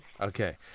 Okay